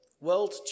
World